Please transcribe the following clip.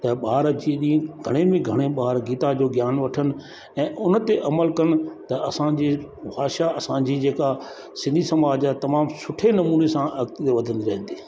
त ॿार जीअं घणे में घणो ॿार गीता जो ज्ञानु वठण ऐं उन ते अमल कनि त असांजी भाषा असांजी जेका सिंधी समाज आहे तमामु सुठे नमूने सां अॻिते वधंदी रहंदी